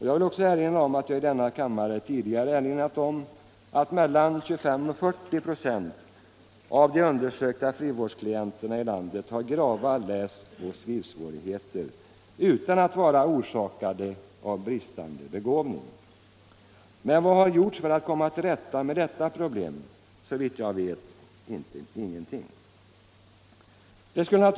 Jag vill också erinra om att jag i denna kammare tidigare påpekat att mellan 25 och 40 96 av de undersökta frivårdsklienterna har Nr 89 grava läsoch skrivsvårigheter som inte är orsakade av bristande be Onsdagen den gåvning. Men vad har gjorts för att komma till rätta med detta problem? 24 mars 1976 Såvitt jag vet ingenting.